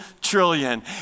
trillion